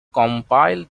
compile